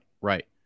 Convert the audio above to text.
right